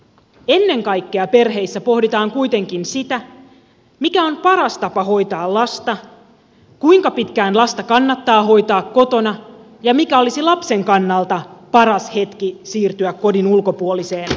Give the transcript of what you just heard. ennen kaikkea perheissä pohditaan kuitenkin sitä mikä on paras tapa hoitaa lasta kuinka pitkään lasta kannattaa hoitaa kotona ja mikä olisi lapsen kannalta paras hetki siirtyä kodin ulkopuoliseen hoitoon